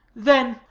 then,